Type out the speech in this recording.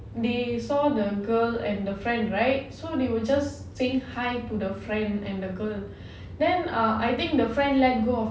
they saw the girl and the friend right so they were just saying hi to the friend and the girl then ah I think the friend let go of